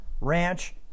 ranch